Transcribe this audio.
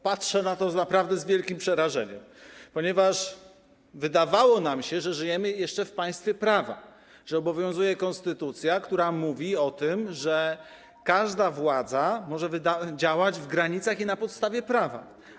Patrzę na to naprawdę z wielkim przerażeniem, ponieważ wydawało nam się, że żyjemy jeszcze w państwie prawa, że obowiązuje konstytucja, która mówi o tym, że każda władza może działać w granicach i na podstawie prawa.